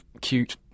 cute